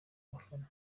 abafana